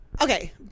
okay